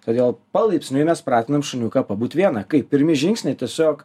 todėl palaipsniui mes pratinam šuniuką pabūti viena kai pirmi žingsniai tiesiog